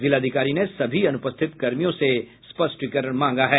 जिलाधिकारी ने सभी अनुपस्थित कर्मियों से स्पष्टीकरण मांगा है